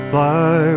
Fly